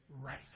right